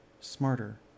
smarter